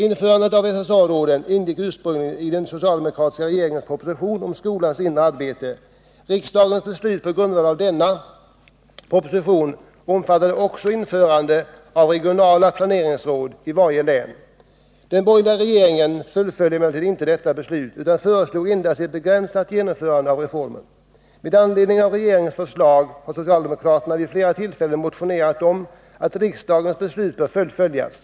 Införandet av SSA-råden ingick ursprungligen i den socialdemokratiska regeringens proposition om skolans inre arbete. Riksdagens beslut på grundval av denna proposition omfattade också införandet av regionala planeringsråd i varje län. Den borgerliga regeringen fullföljde emellertid inte detta beslut utan föreslog endast ett begränsat genomförande av reformen. Med anledning av regeringens förslag har socialdemokraterna vid flera tillfällen motionerat om att riksdagens beslut bör fullföljas.